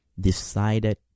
decided